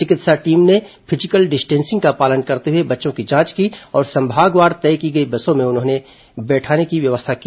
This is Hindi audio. चिकित्सा टीम ने फिजिकल डिस्टेंसिंग का पालन करते हुए बच्चों की जांच की और संभागवार तय की गई बसों में उन्हें बिठाने की व्यवस्था की